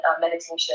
meditation